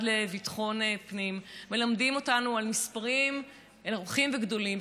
לביטחון פנים מלמד אותנו על מספרים הולכים וגדלים,